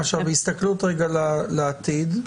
בהסתכלות לעתיד,